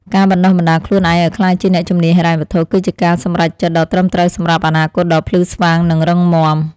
ការបណ្តុះបណ្តាលខ្លួនឯងឱ្យក្លាយជាអ្នកជំនាញហិរញ្ញវត្ថុ គឺជាការសម្រេចចិត្តដ៏ត្រឹមត្រូវសម្រាប់អនាគតដ៏ភ្លឺស្វាងនិងរឹងមាំ។